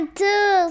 two